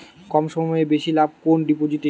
কম সময়ে বেশি লাভ কোন ডিপোজিটে?